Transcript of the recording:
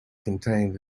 contained